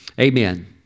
Amen